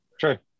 Sure